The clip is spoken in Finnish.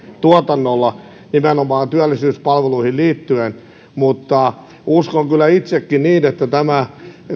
tuotannolla nimenomaan työllisyyspalveluihin liittyen mutta uskon kyllä itsekin niin että tämä